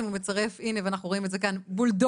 הוא מצרף הנה ואנחנו רואים את זה כאן בולדוזרית,